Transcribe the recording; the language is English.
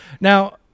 Now